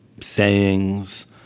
sayings